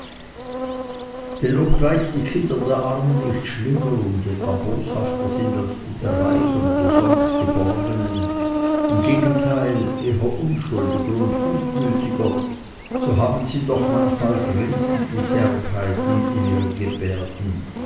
denn obgleich die kinder der armen nicht schlimmer und etwa boshafter sind als die der reichen oder sonst geborgenen im gegenteil eher unschuldiger und gutmütiger so haben sie doch manchmal grinsende derbheiten in ihren gebärden